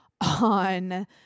on